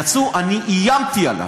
יצאו: אני איימתי עליו.